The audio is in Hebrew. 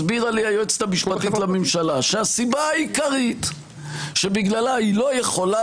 הסבירה לי היועצת המשפטית לממשלה שהסיבה העיקרית שבגללה היא לא יכולה